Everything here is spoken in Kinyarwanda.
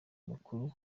mukuru